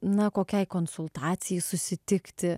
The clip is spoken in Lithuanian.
na kokiai konsultacijai susitikti